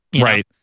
Right